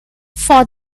for